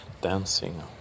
dancing